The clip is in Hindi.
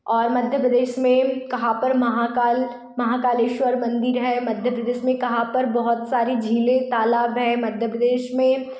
और मध्य प्रदेश में कहाँ पर महाकाल महाकालेश्वर मंदिर है मध्य प्रदेश में कहाँ पर बहुत सारी झीलें तालाब है मध्य प्रदेश में